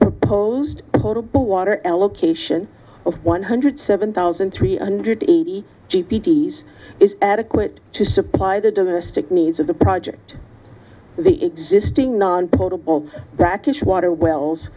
proposed potable water allocation of one hundred seven thousand three hundred eighty g p s is adequate to supply the domestic needs of the project the existing non potable brackish water wells